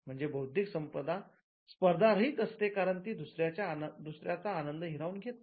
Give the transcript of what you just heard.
म्हणजेच बौद्धिक संपदा स्पर्धा रहित असते कारण ती दुसऱ्यांचा आनंद हिरावून घेत नाही